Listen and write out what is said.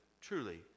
truly